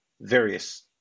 Various